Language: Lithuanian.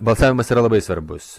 balsavimas yra labai svarbus